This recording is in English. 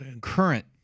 current